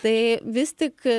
tai vis tik